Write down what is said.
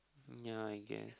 ya I guess